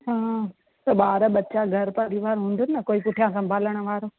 हा त ॿार ॿच्चा घरु परिवार हूंदो न कोई पुठियां संभालणु वारो